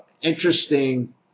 interesting